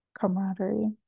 camaraderie